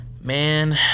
Man